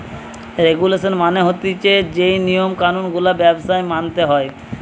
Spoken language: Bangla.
রেগুলেশন মানে হতিছে যেই নিয়ম কানুন গুলা ব্যবসায় মানতে হয়